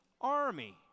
Army